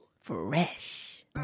Fresh